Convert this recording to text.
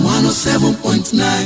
107.9